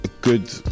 good